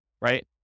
right